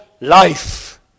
life